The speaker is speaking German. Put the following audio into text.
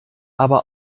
aber